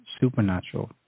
supernatural